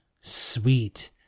Sweet